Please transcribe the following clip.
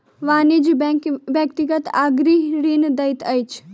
वाणिज्य बैंक व्यक्तिगत आ गृह ऋण दैत अछि